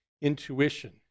intuition